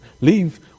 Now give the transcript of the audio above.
leave